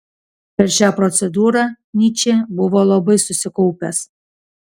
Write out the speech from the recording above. per šią procedūrą nyčė buvo labai susikaupęs